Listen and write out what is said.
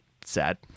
sad